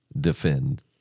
defend